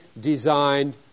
designed